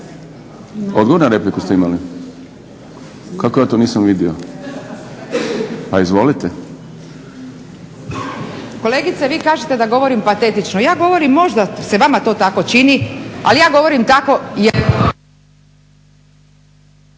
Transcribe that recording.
Odgovor na repliku ste imali? Kako ja to nisam vidio? Pa izvolite. **Antičević Marinović, Ingrid (SDP)** Kolegice vi kažete da govorim patetično, ja govorim možda se vama to tako čini ali ja govorim tako